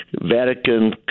Vatican